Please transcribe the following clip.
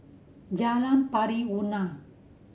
Jalan Pari Unak